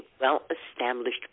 well-established